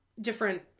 different